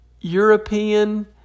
European